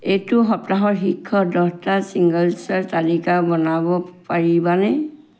এইটো সপ্তাহৰ শীৰ্ষ দহটা ছিংগাৰ্ছৰ তালিকা বনাব পাৰিবানে